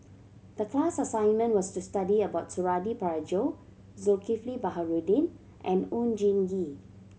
the class assignment was to study about Suradi Parjo Zulkifli Baharudin and Oon Jin Gee